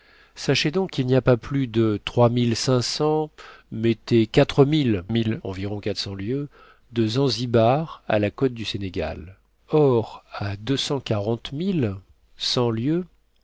sachez donc qu'il n'y a pas plus de trois mille cinq cents mettez quatre mille milles de zanzibar à la côte du sénégal or à deux cent quarante milles